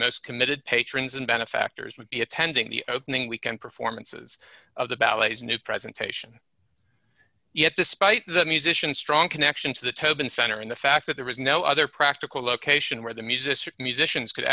most committed patrons and benefactors would be attending the opening weekend performances of the ballets new presentation yet despite the musicians strong connection to the tobin center and the fact that there was no other practical location where the music musicians could